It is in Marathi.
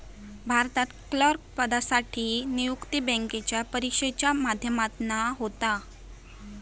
भारतात क्लर्क पदासाठी नियुक्ती बॅन्केच्या परिक्षेच्या माध्यमातना होता